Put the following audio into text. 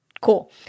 Cool